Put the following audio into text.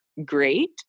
Great